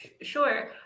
Sure